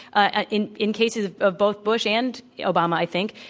ah in in cases of both bush and obama, i think,